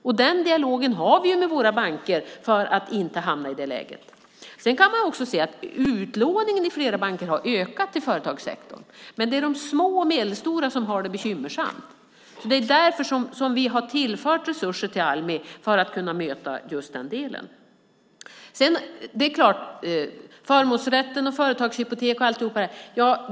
Nu har vi en dialog med våra banker för att inte hamna i det läget. Man kan också se att utlåningen till företagssektorn har ökat i flera banker. De små och medelstora företagen har det dock bekymmersamt. Därför har vi tillfört resurser till Almi för att kunna möta just det.